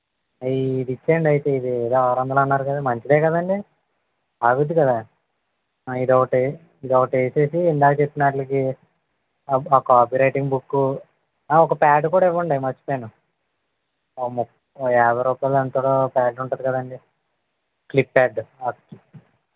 ఇది ఇచ్చేయ్యండి అయితే ఇదేదో ఆరు వందలు అన్నారు కదా మంచిదే కదా అండి ఆగుతుంది కదా ఆ ఇదొకటి ఇది ఒకటి వేసేసి ఇంకొకటి వచ్చేసి ఇందాక చెప్పిన వాటికి ఓ ఒక కాపీ రైటింగ్ బుక్ ఆ ఒక ప్యాడ్ కూడా ఇవ్వండి మర్చిపోయాను ఓ ము యాభై రూపాయలు ఎంతదో ప్యాడ్ ఉంటుంది కదా అండి క్లిప్ ప్యాడ్ అది